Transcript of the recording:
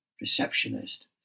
Receptionist